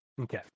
Okay